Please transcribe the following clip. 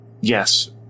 Yes